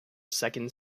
second